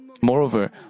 Moreover